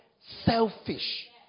Selfish